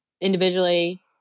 individually